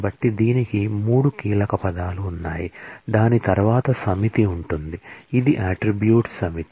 కాబట్టి దీనికి 3 కీలకపదాలు ఉన్నాయి దాని తరువాత సమితి ఉంటుంది ఇది అట్ట్రిబ్యూట్స్ సమితి